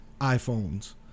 iPhones